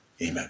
Amen